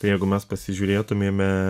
tai jeigu mes pasižiūrėtumėme